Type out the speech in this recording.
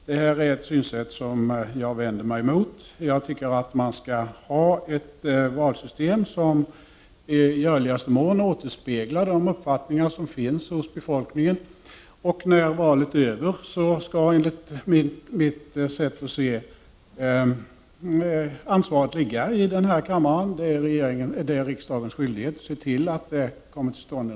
Det är ett synsätt som jag vänder mig emot. Jag tycker att man skall ha ett valsystem som i görligaste mån återspeglar de uppfattningar som finns hos befolkningen. När valet är över skall enligt mitt sätt att se ansvaret ligga i denna kammare. Det är riksdagens skyldighet att se till att en regering kommer till stånd.